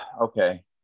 Okay